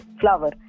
flower